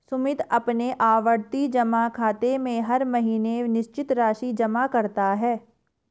सुमित अपने आवर्ती जमा खाते में हर महीने निश्चित राशि जमा करता है